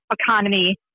economy